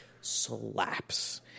slaps